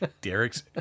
Derek's